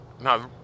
No